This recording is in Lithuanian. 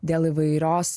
dėl įvairios